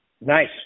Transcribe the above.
Nice